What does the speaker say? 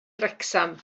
wrecsam